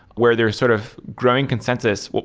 where there is sort of growing consensus.